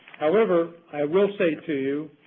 however, i will say to you